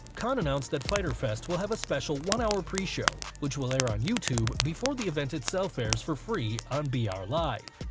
khan announced that fyter fest will have a special one hour pre-show, which will air on youtube before the event itself airs for free of b r live.